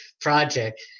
project